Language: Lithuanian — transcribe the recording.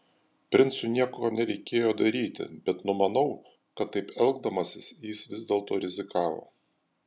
princui nieko nereikėjo daryti bet numanau kad taip elgdamasis jis vis dėlto rizikavo